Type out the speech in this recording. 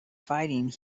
fighting